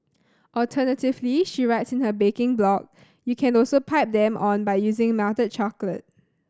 alternatively she writes in her baking blog you can also pipe them on by using melted chocolate